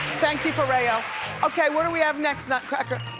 thank you, foreo. okay, what do we have next, nutcrackers?